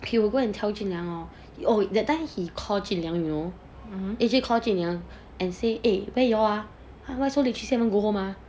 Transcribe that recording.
he will go and tell 俊梁 hor that time he called 俊梁 you know A_J call 俊梁 and say where you all ah why so late still haven't go home !huh!